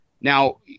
now